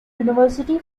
university